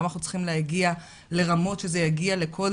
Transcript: למה אנחנו צריכים להגיע לרמות שזה יגיע לקול